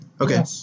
Okay